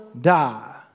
die